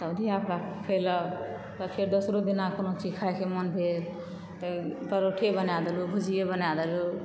तब धियापुता खेलक तऽ फेर दोसरो दिना कोनो चीज खायके मोन भेल तऽ परोठे बनाए देलू भुजिये बनाए देलू